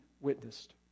witnessed